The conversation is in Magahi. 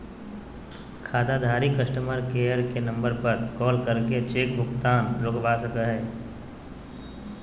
खाताधारक कस्टमर केयर के नम्बर पर कॉल करके चेक भुगतान रोकवा सको हय